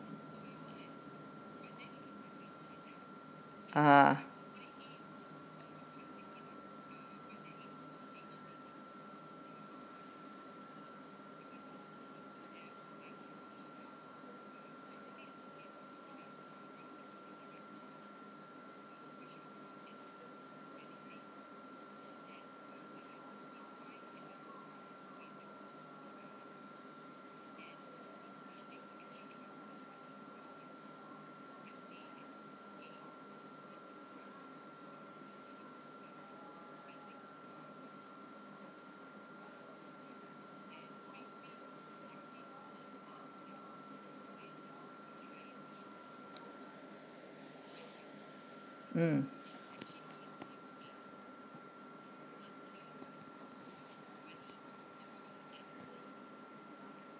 uh mm